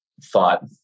thought